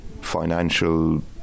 financial